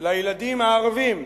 אל הילדים הערבים,